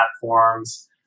platforms